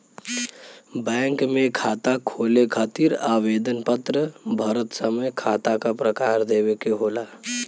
bank में खाता खोले खातिर आवेदन पत्र भरत समय खाता क प्रकार देवे के होला